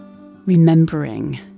remembering